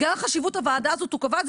בגלל חשיבות הוועדה הזאת הוא קבע את זה